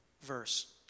verse